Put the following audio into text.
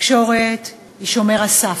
תקשורת היא שומר הסף,